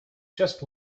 just